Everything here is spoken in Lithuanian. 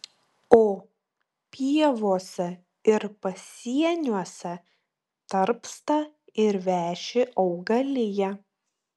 o pievose ir pasieniuose tarpsta ir veši augalija